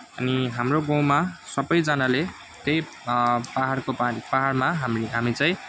अनि हाम्रो गाउँमा सबैजनाले त्यही पाहाडको पानी पाहाडमा हामीले हामी चाहिँ